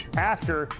after,